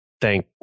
Thank